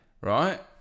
Right